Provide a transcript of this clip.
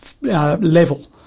level